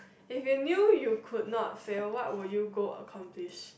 if you knew you could not fail what would you go accomplish